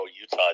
Utah